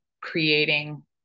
creating